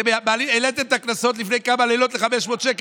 אתם העליתם את הקנסות לפני כמה לילות ל-500 שקל,